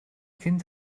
kind